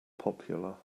popular